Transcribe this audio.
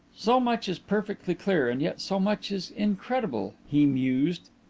so much is perfectly clear and yet so much is incredible, he mused.